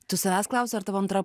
tu savęs klausi ar tavo antra